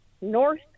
north